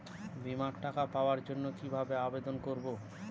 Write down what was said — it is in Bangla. বিমার টাকা পাওয়ার জন্য কিভাবে আবেদন করব?